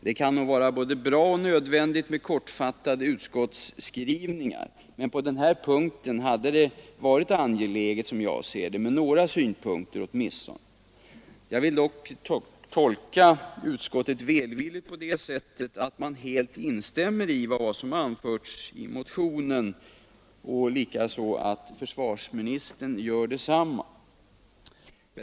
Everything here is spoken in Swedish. Det kan nog vara både bra och nödvändigt med kortfattade utskottsskrivningar, men på den här punkten hade det, som jag ser det, varit angeläget med några synpunkter. Jag vill dock välvilligt tolka utskottet så, att det helt instämmer i vad vi anfört i motionen och att försvarsministern gör detsamma.